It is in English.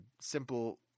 simple